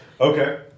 Okay